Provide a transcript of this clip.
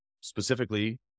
specifically